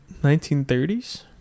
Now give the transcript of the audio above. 1930s